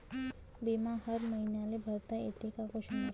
बिमा हर मईन्याले भरता येते का?